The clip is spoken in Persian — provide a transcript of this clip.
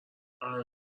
الان